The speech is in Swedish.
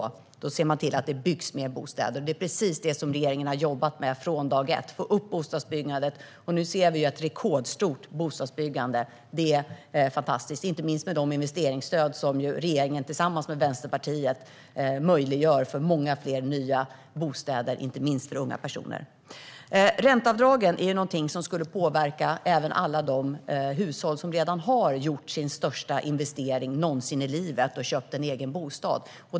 Jo, då ser man till att det byggs mer bostäder, och det är precis det som regeringen har jobbat med från dag ett: att få upp bostadsbyggandet. Nu ser vi ett rekordstort bostadsbyggande. Det är fantastiskt. Inte minst de investeringsstöd som regeringen infört tillsammans med Vänsterpartiet möjliggör för många fler nya bostäder, inte minst för unga personer. En förändring av ränteavdragen skulle påverka även alla de hushåll som redan har gjort sin största investering någonsin i livet och köpt en egen bostad.